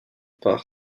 par